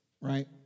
right